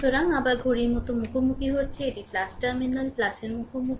সুতরাং আবার ঘড়ির মতো মুখোমুখি হচ্ছে এটি টার্মিনাল এর মুখোমুখি